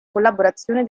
collaborazione